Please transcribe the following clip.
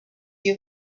you